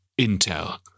Intel